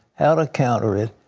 how to counter it,